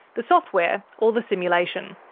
the software or the simulation.